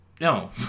No